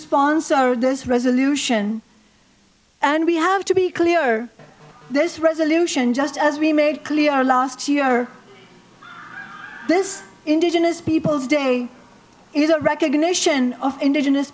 sponsor this resolution and we have to be clear this resolution just as we made clear last year this indigenous peoples day is a recognition of indigenous